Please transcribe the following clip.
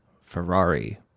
Ferrari